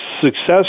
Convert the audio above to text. success